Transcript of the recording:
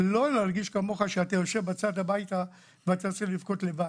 לא להרגיש כמוך שאתה יושב בצד בבית ואתה צריך לבכות לבד,